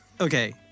okay